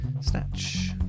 Snatch